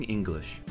English